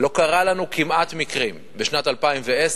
לא קרו לנו כמעט מקרים בשנת 2010,